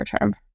term